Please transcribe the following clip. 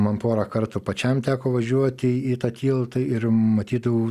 man porą kartų pačiam teko važiuoti į tą tiltą ir matydavau